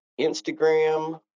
Instagram